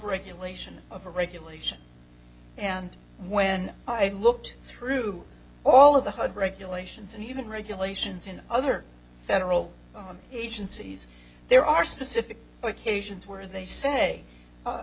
regulation of a regulation and when i looked through all of the hood regulations and even regulations in other federal agencies there are specific locations where they say